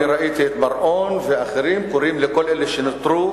אני ראיתי את בר-און ואחרים קוראים לכל אלה שנותרו,